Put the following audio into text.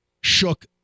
shook